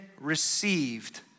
received